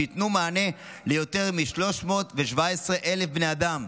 שייתנו מענה ליותר מ-317,000 בני אדם,